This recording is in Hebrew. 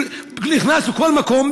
כשאני נכנס לכל מקום,